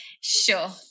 sure